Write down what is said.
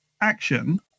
action